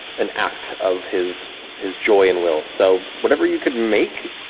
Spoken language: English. an act of his his joy and will. so whatever you could make,